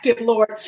Lord